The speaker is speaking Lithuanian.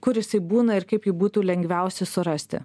kur jisai būna ir kaip jį būtų lengviausia surasti